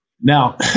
Now